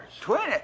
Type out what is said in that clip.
Twenty